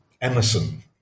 Emerson